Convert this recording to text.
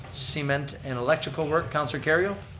cement and electrical work. councilor kerrio?